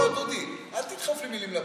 דודי, אל תדחוף לי מילים לפה.